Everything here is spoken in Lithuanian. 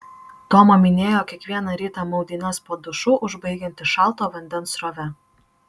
toma minėjo kiekvieną rytą maudynes po dušu užbaigianti šalto vandens srove